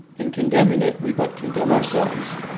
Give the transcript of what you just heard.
in condemning it we but condemn ourselves.